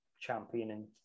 championing